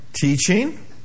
teaching